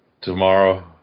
tomorrow